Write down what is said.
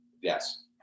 Yes